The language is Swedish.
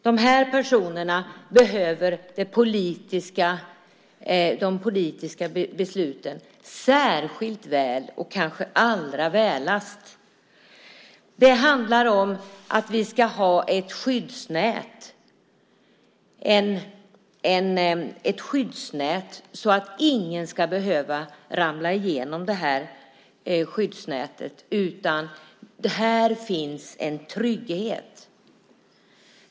De här personerna behöver de politiska besluten särskilt väl, och kanske allra "välast". Det handlar om att vi ska ha ett skyddsnät. Ingen ska behöva ramla igenom detta skyddsnät, utan här finns en trygghet.